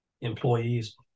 employees